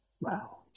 Wow